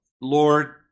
Lord